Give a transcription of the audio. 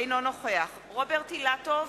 אינו נוכח רוברט אילטוב,